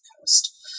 Coast